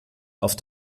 auf